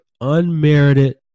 unmerited